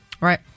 Right